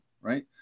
Right